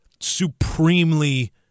supremely